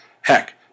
Heck